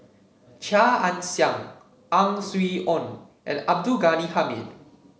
Chia Ann Siang Ang Swee Aun and Abdul Ghani Hamid